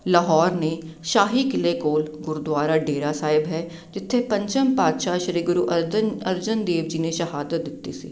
ਲਾਹੌਰ ਨੇ ਸ਼ਾਹੀ ਕਿਲੇ ਕੋਲ ਗੁਰਦੁਆਰਾ ਡੇਰਾ ਸਾਹਿਬ ਹੈ ਜਿੱਥੇ ਪੰਚਮ ਪਾਤਸ਼ਾਹ ਸ਼੍ਰੀ ਗੁਰੂ ਅਰਜਨ ਅਰਜਨ ਦੇਵ ਜੀ ਨੇ ਸ਼ਹਾਦਤ ਦਿੱਤੀ ਸੀ